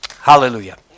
Hallelujah